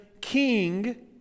king